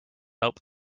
help